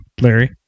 Larry